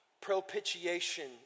Propitiation